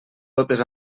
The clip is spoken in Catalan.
totes